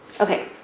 Okay